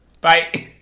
bye